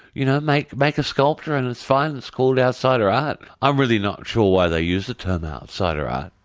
you know, make make a sculpture and it's fine, it's called outsider art. i'm really not sure why they use the term outsider art.